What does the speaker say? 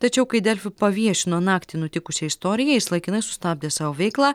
tačiau kai delfi paviešino naktį nutikusią istoriją jis laikinai sustabdė savo veiklą